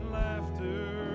laughter